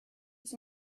was